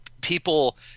people